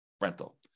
rental